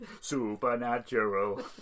Supernatural